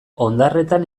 ondarretan